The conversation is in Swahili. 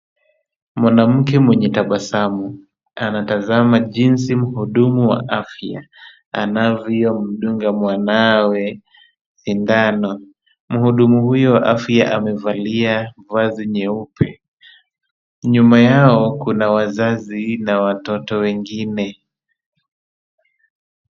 Mwanamke mwenye tabasamu anatazama jinsi muhudumu wa afya anavyomdunga mwanawe sindano. Muhudumu huyo wa afya amevalia vazi nyeupe. Nyuma yao kuna wazazi na watoto wengine.